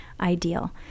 ideal